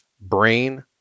brain